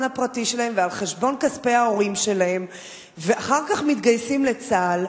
הפרטי שלהם ועל חשבון כספי ההורים שלהם ואחר כך מתגייסים לצה"ל.